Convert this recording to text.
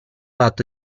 atto